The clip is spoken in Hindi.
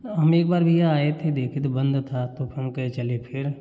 हम एक बार भैया आये थे देखे तो बंद था तो फिर हम कहे चलें फिर